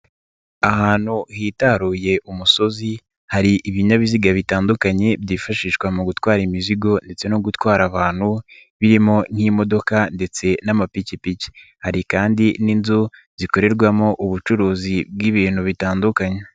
Ahantu hitaruye umusozi, hari ibinyabiziga bitandukanye byifashishwa mu gutwara imizigo ndetse no gutwara abantu, birimo nk'imodoka ndetse n'amapikipiki. Hari kandi n'inzu zikorerwamo ubucuruzi bw'ibintu bitandukanye.